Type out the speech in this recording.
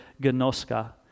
gnoska